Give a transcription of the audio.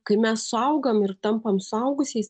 kai mes suaugam ir tampam suaugusiais